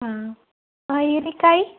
ಹಾಂ ಹೀರೆಕಾಯಿ